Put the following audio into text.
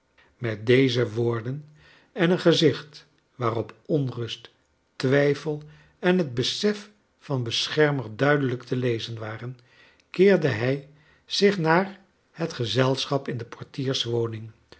met deze woorden en een gezicht waarop onxust twijfel en het besef van beschermer duidelijk te lezen waren keerde hij zich naar het gezelschap in de